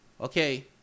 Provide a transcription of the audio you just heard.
okay